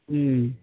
हूँ